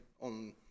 on